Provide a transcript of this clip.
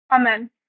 amen